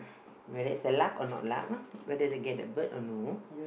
whether it's luck or no luck whether he get the bird or no